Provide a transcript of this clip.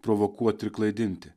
provokuot ir klaidinti